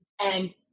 and-